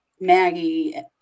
Maggie